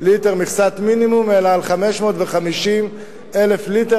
ליטר מכסת מינימום אלא על 550,000 ליטר.